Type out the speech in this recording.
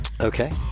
Okay